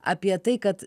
apie tai kad